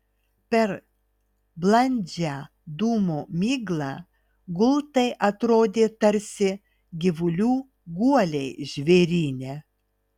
per blandžią dūmų miglą gultai atrodė tarsi gyvulių guoliai žvėryne